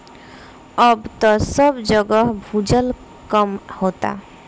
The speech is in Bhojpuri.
अब त सब जगह भूजल कम होता